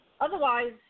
Otherwise